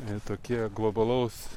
e tokie globalaus